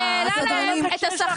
שהעלה להם את השכר בצורה מפליגה,